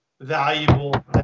valuable